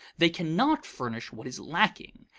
they cannot furnish what is lacking.